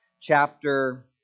chapter